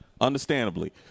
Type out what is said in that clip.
Understandably